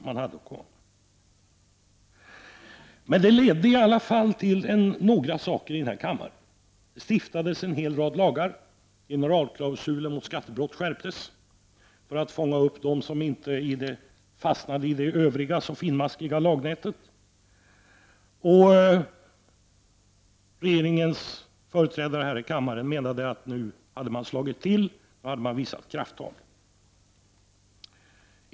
Ekokommissionens arbete ledde i alla fall till att det stiftades en rad lagar och att generalklausulen mot skattebrott skärptes för att fånga upp dem som inte fastnade i det övriga så finmaskiga lagnätet. Regeringens företrädare här i kammaren menade att nu hade man slagit till och visat krafttag.